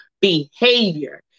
behavior